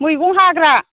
मैगं हाग्रा